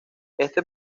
este